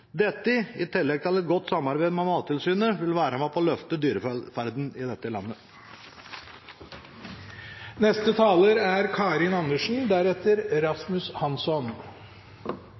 Dette – i tillegg til et godt samarbeid med Mattilsynet – vil være med på å løfte dyrevelferden i dette landet. Dyrevelferd er